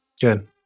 Good